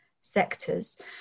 sectors